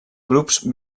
grups